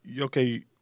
okay